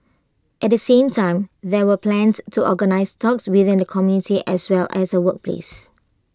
at the same time there are plans to organise talks within the community as well as at workplace